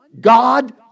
God